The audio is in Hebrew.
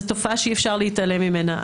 זאת תופעה שאי אפשר להתעלם ממנה.